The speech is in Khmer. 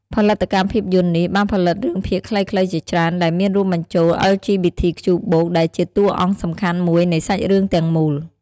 ផលិតកម្មភាពយន្តនេះ បានផលិតរឿងភាគខ្លីៗជាច្រើន ដែលមានរួមបញ្ចូល អិល ជី ប៊ី ធី ខ្ជូ បូក (LGBTQ+) ដែលជាតួអង្គសំខាន់មួយនៃសាច់រឿងទាំងមូល។